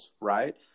right